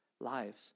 lives